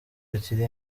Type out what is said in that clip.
akiri